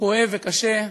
כואב וקשה,